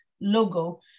logo